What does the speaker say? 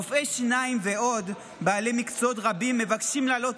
רופאי שיניים ועוד בעלי מקצועות רבים מבקשים לעלות